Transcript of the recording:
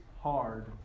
hard